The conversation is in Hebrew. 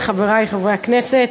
חברי חברי הכנסת,